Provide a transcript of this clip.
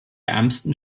ärmsten